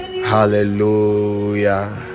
hallelujah